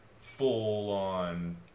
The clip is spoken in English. full-on